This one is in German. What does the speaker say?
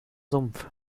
sumpf